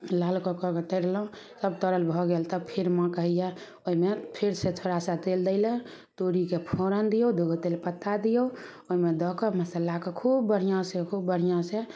लाल कऽ कऽ तरलहुॅं तब तरल भऽ गेल तब फेर माँ कहैया ओहिमे फेर सऽ थोड़ा सा तेल दै लऽ तोरीके फोरन दियौ दूगो तेजपत्ता दियौ ओहिमे दऽ कऽ मसल्लाके खूब बढ़िऑं से खूब बढ़िऑं से